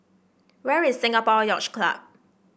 where is Singapore Yacht Club